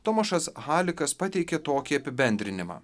tomašas halikas pateikė tokį apibendrinimą